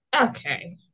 okay